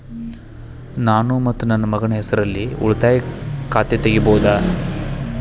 ನಾನು ಮತ್ತು ನನ್ನ ಮಗನ ಹೆಸರಲ್ಲೇ ಉಳಿತಾಯ ಖಾತ ತೆಗಿಬಹುದ?